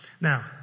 Now